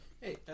hey